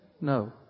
No